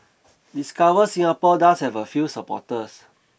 discover Singapore does have a few supporters